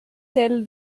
tell